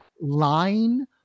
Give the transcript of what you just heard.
line